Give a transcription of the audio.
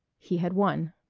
he had won.